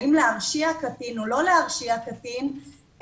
האם להרשיע קטין או לא להרשיע קטין,